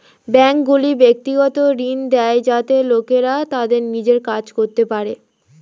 ব্যাঙ্কগুলি ব্যক্তিগত ঋণ দেয় যাতে লোকেরা তাদের নিজের কাজ করতে পারে